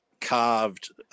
carved